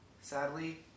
Sadly